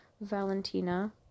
Valentina